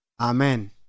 Amen